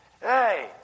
hey